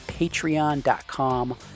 patreon.com